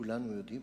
כולנו יודעים,